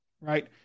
right